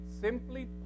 Simply